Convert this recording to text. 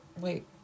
Wait